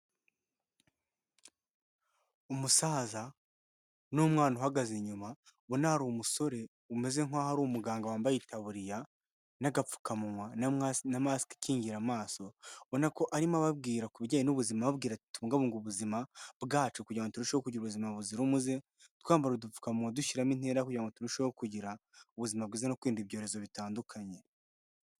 Umusaza n'umwana uhagaze inyuma ubona hari umusore umeze nk'aho ari umuganga wambaye itaburiya n'agapfukamunwa na masike ikingira amaso ubona ko arimo ababwira ku bijyanye n'ubuzima ababwira ati tubungabunge ubuzima bwacu, kugira ngo turusheho kugira ubuzima buzira umuze twambara udupfukamunywa dushyiramo intera kugira ngo turusheho kugira ubuzima bwiza no kwirinda ibyorezo bitandukanye.